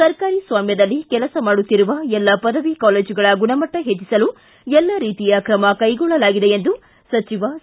ಸರಕಾರಿ ಸ್ವಾಮ್ಯದಲ್ಲಿ ಕೆಲಸ ಮಾಡುತ್ತಿರುವ ಎಲ್ಲ ಪದವಿ ಕಾಲೇಜುಗಳ ಗುಣಮಟ್ಟ ಹೆಚ್ಚಿಸಲು ಎಲ್ಲ ರೀತಿಯ ತ್ರಮ ಕೈಗೊಳ್ಳಲಾಗಿದೆ ಎಂದು ಸಚಿವ ಸಿ